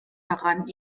daran